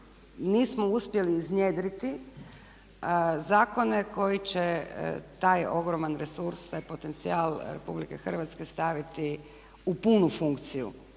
nismo uspjeli iznjedriti zakone koji će taj ogroman resurs, taj potencijal Republike Hrvatske staviti u punu funkciju.